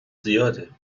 زیاده